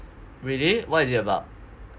really what is it about